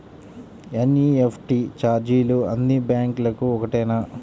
NEFT ఛార్జీలు అన్నీ బ్యాంక్లకూ ఒకటేనా?